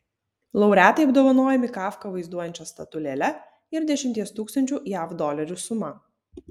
laureatai apdovanojami kafką vaizduojančia statulėle ir dešimties tūkstančių jav dolerių suma